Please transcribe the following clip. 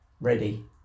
ready